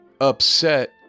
upset